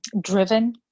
driven